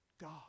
God